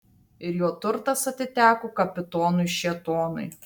ir jo turtas atiteko kapitonui šėtonui